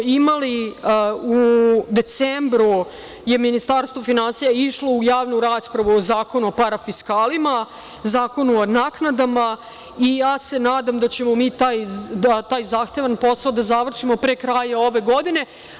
U decembru je Ministarstvo finansija išlo u javnu raspravu o zakonima o parafiskalima i o naknadama i nadam se da ćemo taj zahtevan posao da završimo pre kraja ove godine.